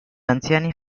anziani